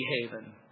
haven